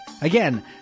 Again